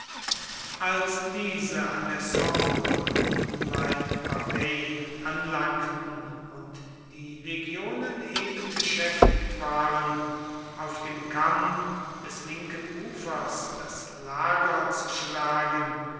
als diese an der sambre unweit bavay anlangten und die legionen eben beschäftigt waren auf dem kamm des linken ufers das lager zu schlagen